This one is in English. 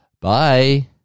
Bye